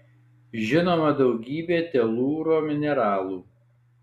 žinoma daugybė telūro mineralų